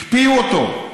הקפיאו אותו,